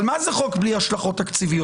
אבל מה זה חוק בלי השלכות תקציביות?